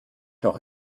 noch